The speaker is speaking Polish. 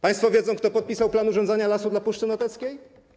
Państwo wiedzą, kto podpisał plan urządzania lasu dla Puszczy Noteckiej?